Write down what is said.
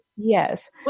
Yes